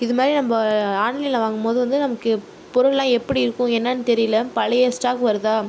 இது மாதிரி நம்ம ஆன்லைனில் வாங்கும் போது வந்து நமக்கு பொருளெலாம் எப்படி இருக்கும் என்னன்னு தெரியலை பழைய ஸ்டாக் வருதா